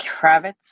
Kravitz